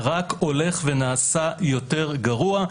רק הולך ונעשה יותר גרוע.